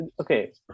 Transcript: Okay